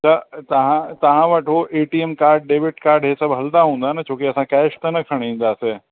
त तव्हां तव्हां वटि हो A T M card debit card हे सभु हलंदा हूंदा न छो की असां कैश त न खणी ईंदासे